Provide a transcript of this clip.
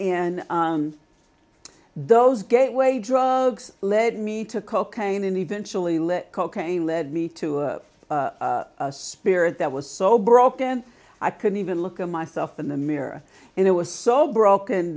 and those gateway drugs led me to cocaine and eventually let cocaine lead me to a spirit that was so broken i couldn't even look at myself in the mirror and it was so broken